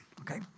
okay